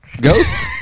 Ghost